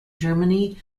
germany